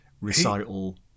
recital